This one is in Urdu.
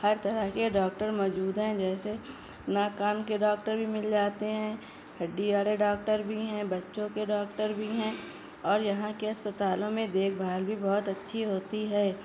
ہر طرح کے ڈاکٹر موجود ہیں جیسے ناک کان کے ڈاکٹر بھی مل جاتے ہیں ہڈی والے ڈاکٹر بھی ہیں بچوں کے ڈاکٹر بھی ہیں اور یہاں کے اسپتالوں میں دیکھ بھال بھی بہت اچھی ہوتی ہے